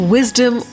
Wisdom